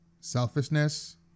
selfishness